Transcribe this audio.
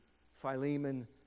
Philemon